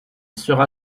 sera